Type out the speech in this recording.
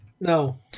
no